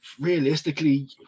realistically